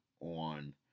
on